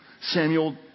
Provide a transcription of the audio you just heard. Samuel